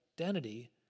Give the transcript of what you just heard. identity